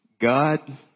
God